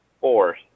four